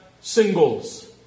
singles